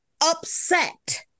upset